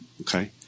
Okay